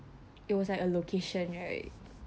it was like a location right